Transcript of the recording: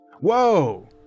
Whoa